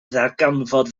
ddarganfod